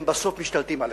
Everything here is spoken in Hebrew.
הם בסוף משתלטים עליה.